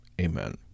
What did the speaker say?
Amen